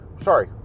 sorry